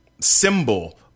symbol